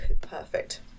perfect